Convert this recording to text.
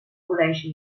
col·legi